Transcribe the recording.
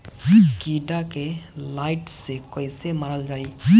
कीड़ा के लाइट से कैसे मारल जाई?